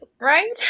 right